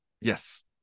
Yes